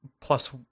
plus